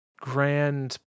grand